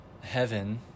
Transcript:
heaven